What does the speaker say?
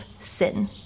sin